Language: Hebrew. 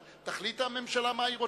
אבל תחליט הממשלה מה היא רוצה.